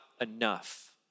enough